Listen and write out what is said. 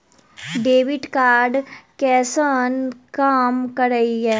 Debit card कैसन काम करेया?